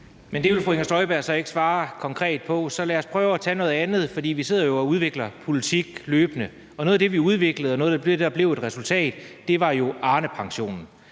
(S): Det vil fru Inger Støjberg så ikke svare konkret på. Så lad os prøve at tage noget andet, for vi sidder jo og udvikler politik løbende, og noget af det, vi udviklede, og noget af det, der blev et resultat, var jo Arnepensionen.